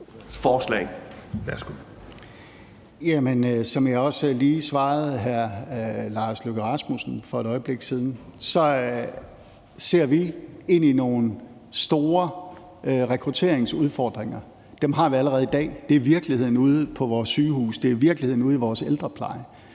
Som jeg også svarede hr. Lars Løkke Rasmussen for et øjeblik siden, ser vi ind i nogle store rekrutteringsudfordringer. Dem har vi allerede i dag. Det er virkeligheden ude på vores sygehuse, og det er virkeligheden ude i vores ældrepleje.